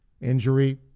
injury